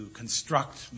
construct